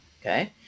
Okay